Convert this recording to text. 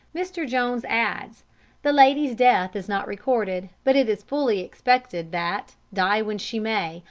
mr. jones adds the lady's death is not recorded but it is fully expected that, die when she may,